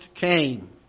came